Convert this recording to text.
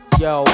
yo